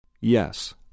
Yes